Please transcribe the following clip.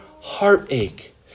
heartache